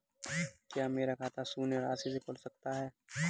क्या मेरा खाता शून्य राशि से खुल सकता है?